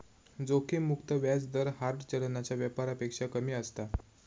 जोखिम मुक्त व्याज दर हार्ड चलनाच्या व्यापारापेक्षा कमी असता